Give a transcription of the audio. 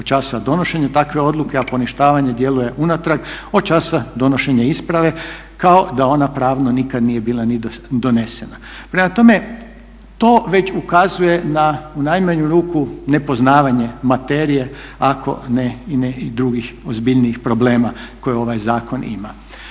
od časa donošenja takve odluke, a poništavanje djeluje unatrag od časa donošenja isprave kao da ona pravno nikad nije bila ni donesena. Prema tome, to već ukazuje na u najmanju ruku nepoznavanje materije ako ne i drugih ozbiljnijih problema koje ovaj zakon ima.